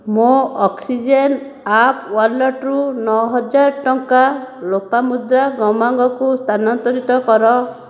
ମୋ' Oxygen app ୱାଲେଟ୍ରୁ ନଅ ହଜାର ଟଙ୍କା ଲୋପାମୁଦ୍ରା ଗମାଙ୍ଗକୁ ସ୍ଥାନାନ୍ତରିତ କର